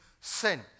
sin